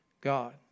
God